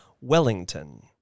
Wellington